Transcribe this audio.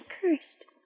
cursed